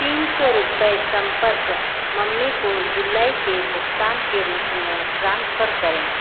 तीन सौ रूपए संपर्क मम्मी को जुलाई के भुगतान के रूप में ट्रांसफ़र करें